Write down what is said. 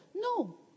No